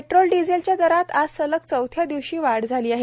petrol डिझेलच्या दरात आज सलग चौथ्या दिवशी वाढ झाली आहे